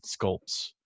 sculpts